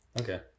Okay